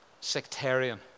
sectarian